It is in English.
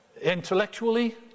Intellectually